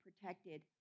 protected